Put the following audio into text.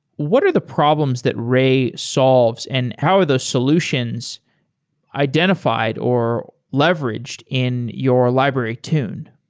what are the problems that ray solves and how are those solutions identified or leveraged in your library, tune?